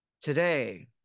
today